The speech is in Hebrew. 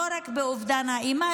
לא רק באובדן האימא,